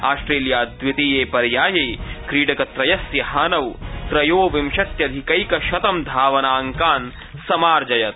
Australia द्वितीये पर्याये क्रीडकत्रयस्य हानौ त्रयोविंशत्यधिक्विशतं धावनांकान् समार्जयत्